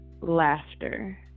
laughter